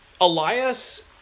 Elias